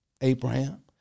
Abraham